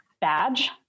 badge